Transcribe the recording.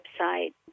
website